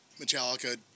Metallica